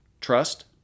trust